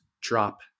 drop